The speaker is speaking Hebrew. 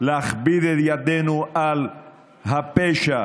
להכביד את ידנו על הפשע